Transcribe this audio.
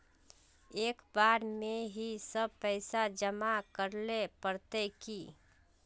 एक बार में ही सब पैसा जमा करले पड़ते की?